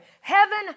Heaven